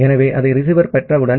ஆகவே அதை ரிசீவர் பெற்றவுடன்